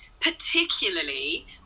Particularly